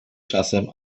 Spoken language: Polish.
czasem